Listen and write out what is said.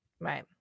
right